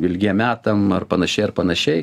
ilgiem metam ar panašiai ar panašiai